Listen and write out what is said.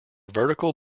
vertical